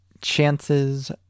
chances